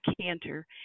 canter